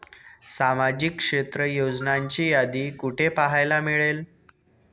सामाजिक क्षेत्र योजनांची यादी कुठे पाहायला मिळेल?